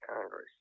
Congress